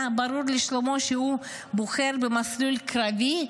היה ברור לשלמה שהוא בוחר במסלול הקרבי,